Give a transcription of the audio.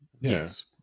Yes